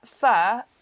fur